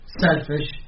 selfish